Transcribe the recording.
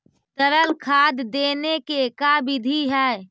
तरल खाद देने के का बिधि है?